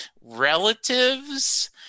relatives